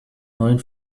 neuen